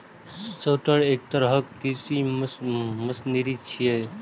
sorter एक तरहक कृषि मशीनरी छियै